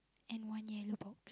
and one yellow box